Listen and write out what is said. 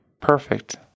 perfect